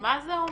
שמה זה אומר?